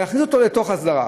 ויכניס אותו לתוך הסדרה.